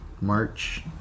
March